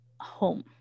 home